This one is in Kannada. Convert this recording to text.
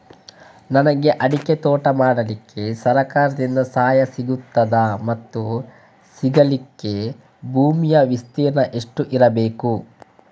ನನಗೆ ಅಡಿಕೆ ತೋಟ ಮಾಡಲಿಕ್ಕೆ ಸರಕಾರದಿಂದ ಸಹಾಯ ಸಿಗುತ್ತದಾ ಮತ್ತು ಸಿಗಲಿಕ್ಕೆ ಭೂಮಿಯ ವಿಸ್ತೀರ್ಣ ಎಷ್ಟು ಇರಬೇಕು?